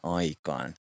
aikaan